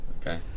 Okay